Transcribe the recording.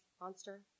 Monster